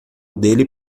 dele